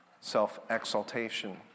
self-exaltation